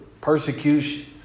persecution